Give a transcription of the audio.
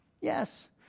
Yes